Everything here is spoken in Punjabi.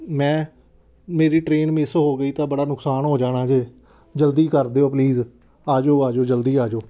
ਮੈਂ ਮੇਰੀ ਟਰੇਨ ਮਿਸ ਹੋ ਗਈ ਤਾਂ ਬੜਾ ਨੁਕਸਾਨ ਹੋ ਜਾਣਾ ਜੇ ਜਲਦੀ ਕਰ ਦਿਓ ਪਲੀਜ਼ ਆ ਜਾਓ ਆ ਜਾਓ ਜਲਦੀ ਆ ਜਾਓ